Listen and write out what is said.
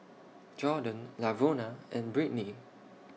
Jorden Lavona and Britni